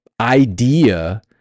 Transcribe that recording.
idea